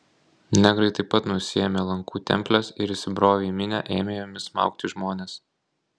negrai taip pat nusiėmė lankų temples ir įsibrovę į minią ėmė jomis smaugti žmones